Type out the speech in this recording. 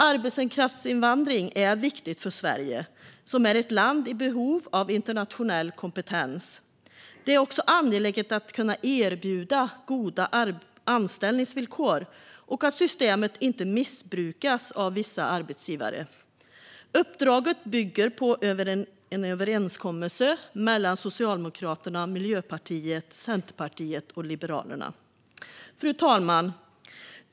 Arbetskraftsinvandring är viktig för Sverige, som är ett land i behov av internationell kompetens. Det är också angeläget att kunna erbjuda goda anställningsvillkor och att systemet inte missbrukas av vissa arbetsgivare. Uppdraget bygger på en överenskommelse mellan Socialdemokraterna, Miljöpartiet, Centerpartiet och Liberalerna. Fru talman!